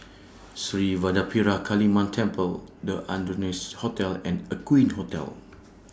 Sri Vadapathira Kaliamman Temple The Ardennes Hotel and Aqueen Hotel